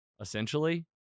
Essentially